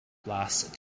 blasts